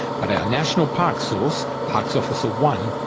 but our national parks source, parks officer one,